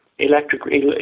Electric